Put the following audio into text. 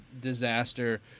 disaster